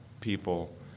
people